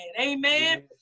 amen